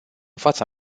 fața